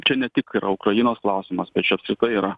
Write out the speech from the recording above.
čia ne tik yra ukrainos klausimas bet čia apskritai yra